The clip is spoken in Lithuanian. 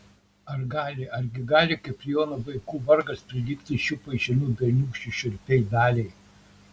ar gali argi gali kiprijono vaikų vargas prilygti šių paišinų berniūkščių šiurpiai daliai